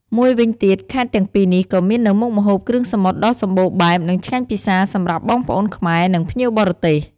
មួយវិញទៀត ខេត្តទាំងពីរនេះក៏មាននៅមុខម្ហូបគ្រឿងសមុទ្រដ៏សម្បូរបែប និងឆ្ងាញ់ពិសារសម្រាប់បងប្អូនខ្មែរ និងភ្ញៀវបរទេស។